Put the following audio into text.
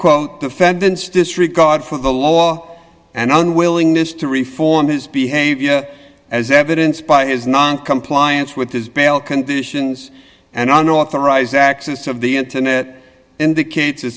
quote defendants disregard for the law and unwillingness to reform his behavior as evidenced by his noncompliance with his bail conditions and on authorize axis of the internet indicates